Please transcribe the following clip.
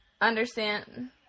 understand